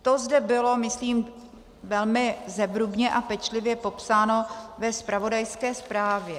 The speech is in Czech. To zde bylo, myslím, velmi zevrubně a pečlivě popsáno ve zpravodajské zprávě.